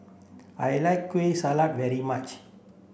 I like Kueh Salat very much